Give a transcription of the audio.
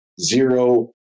Zero